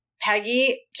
Peggy